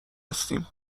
هستیم